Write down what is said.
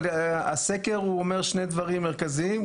אבל הסקר אומר שני דברים מרכזיים,